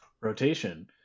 rotation